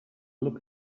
look